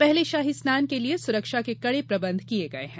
पहले शाही स्नान के लिए सुरक्षा के कड़े प्रबंध किए गए हैं